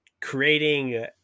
creating